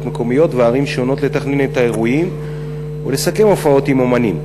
מקומיות וערים שונות לתכנן את האירועים ולסכם הופעות עם אמנים.